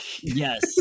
Yes